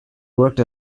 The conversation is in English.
worked